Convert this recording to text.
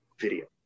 video